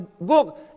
book